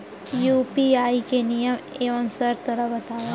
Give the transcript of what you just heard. UPI के नियम एवं शर्त ला बतावव